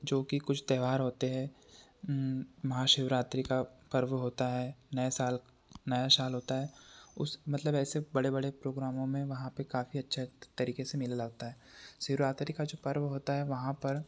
जो की कुछ त्योहार होते हैं महाशिवरात्रि का पर्व होता है नये साल नया साल होता है उस मतलब ऐसे बड़े बड़े प्रोग्रामों में वहाँ पर काफ़ी अच्छी तरीके से मेला लगता है शिवरात्रि का जो पर्व होता है वहाँ पर